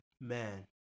Man